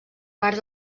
part